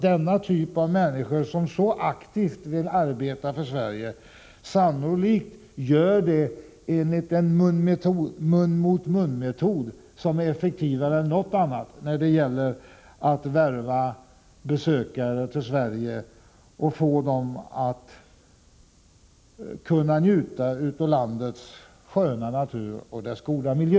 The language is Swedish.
Den typ av människor som så aktivt vill arbeta för Sverige gör det sannolikt enligt ”mun-mot-mun-metoden”, som är effektivare än något annat när det gäller att värva besökare till Sverige och få dem att njuta av landets sköna natur och dess goda miljö.